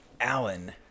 Alan